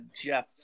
Jeff